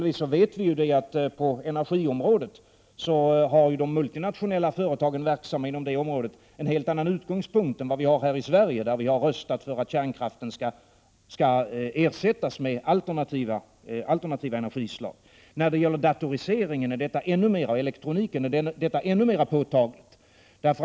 Vi vet exempelvis att på energiområdet har de multinationella företagen en helt annan utgångspunkt än vad vi har här i Sverige, där vi har röstat för att kärnkraften skall ersättas med alternativa energislag. När det gäller datoriseringen och elektroniken är detta ännu mer påtagligt.